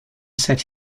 set